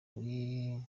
uri